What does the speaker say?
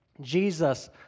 Jesus